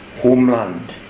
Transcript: homeland